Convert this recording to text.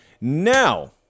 Now